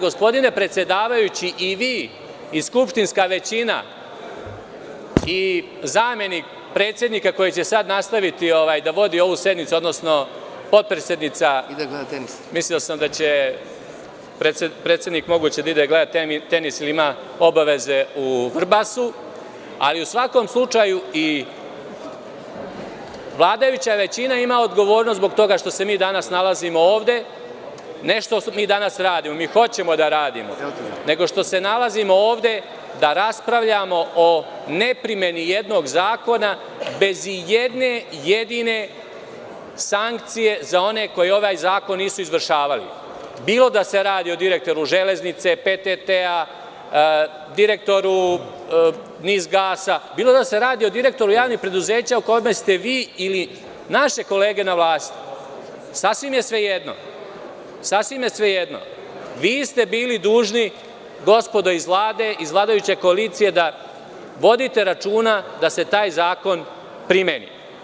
Gospodine predsedavajući, i vi, i skupštinska većina i zamenik predsednika koji će sada nastaviti da vodi ovu sednicu, odnosno potpredsednica, predsednik moguće da ide da gleda tenis jer ima obave u Vrbasu, ali u svakom slučaju i vladajuća većina ima odgovornost zbog toga što se mi danas nalazimo ovde, ne zato što mi danas radimo, mi hoćemo da radimo, nego što se nalazimo ovde da raspravljamo o neprimeni jednog zakona bez ijedne jedine sankcije za one koji ovaj zakon nisu izvršavali, bilo da se radi o direktoru „Železnice“, PTT, direktoru NIS gasa, bilo da se radi o direktoru javnih preduzeća kome ste vi ili naše kolege na vlasti, sasvim je svejedno, vi ste bili dužni, gospodo iz Vlade, iz vladajuće koalicije, da vodite računa da se taj zakon primeni.